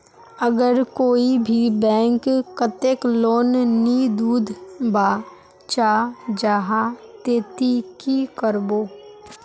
अगर कोई भी बैंक कतेक लोन नी दूध बा चाँ जाहा ते ती की करबो?